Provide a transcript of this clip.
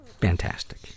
Fantastic